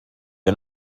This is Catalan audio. que